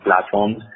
platforms